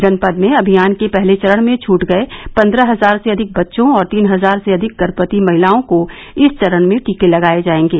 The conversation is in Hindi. जनपद में अभियान के पहले चरण में छूट गए पंद्रह हजार से अधिक बच्चों और तीन हजार से अधिक गर्मवती महिलाओं को इस चरण में टीके लगाए जाएंगे